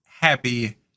Happy